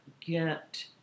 get